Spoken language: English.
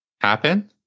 happen